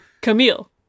Camille